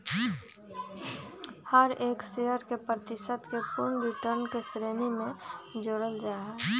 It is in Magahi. हर एक शेयर के प्रतिशत के पूर्ण रिटर्न के श्रेणी में जोडल जाहई